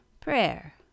prayer